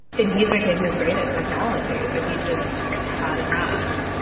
and he's a kid who's great at technology, but he just had enough.